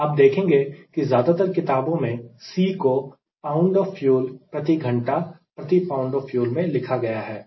आप देखेंगे कि ज्यादातर किताबों मैं C को pound of फ्यूल प्रति घंटा प्रति pound of फ्यूल में लिखा गया है